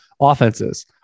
offenses